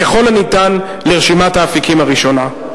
ככל האפשר, לרשימת האפיקים הראשונה.